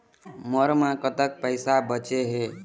मोर म कतक पैसा बचे हे?